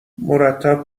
مرتب